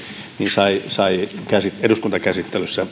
sai sai eduskuntakäsittelyssä